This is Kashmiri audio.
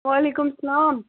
وعلیکُم السلام